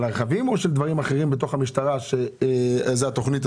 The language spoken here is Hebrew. של הרכבים או דברים אחרים בתוך המשטרה ולכן נעשים